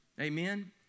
Amen